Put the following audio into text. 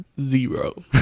zero